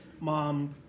Mom